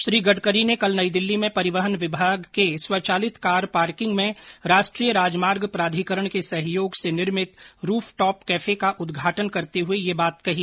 श्री गडकरी ने कल नई दिल्ली में परिवहन भवन के स्वचालित कार पार्किंग में राष्ट्रीय राजमार्ग प्राधिकरण के सहयोग से निर्मित रूफ टॉप कैफे का उद्घाटन करते हुए यह बात कही